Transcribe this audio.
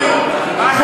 אתה